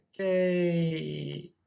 Okay